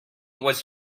was